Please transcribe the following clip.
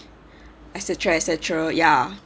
et cetera et cetera ya